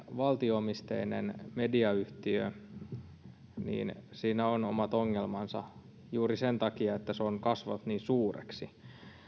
valtio omisteisessa mediayhtiössä on omat ongelmansa juuri sen takia että se on kasvanut niin suureksi